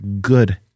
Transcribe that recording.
good